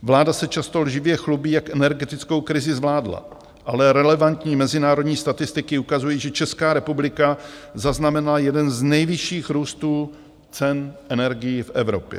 Vláda se často lživě chlubí, jak energetickou krizi zvládla, ale relevantní mezinárodní statistiky ukazují, že Česká republika zaznamenala jeden z nejvyšších růstů cen energií v Evropě.